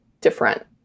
different